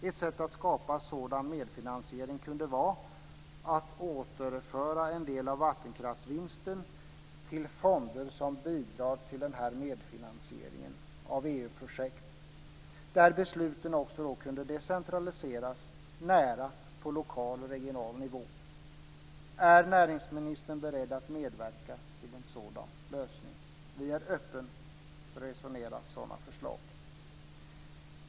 Ett sätt att skapa sådan medfinansiering kunde vara att återföra en del av vattenkraftsvinsten till fonder som bidrar till denna medfinansiering av EU-projekt, där besluten också kunde decentraliseras till en närliggande lokal och regional nivå. Är näringsministern beredd att medverka till en sådan lösning? Vi är öppna för att resonera om sådana förslag.